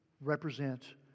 represent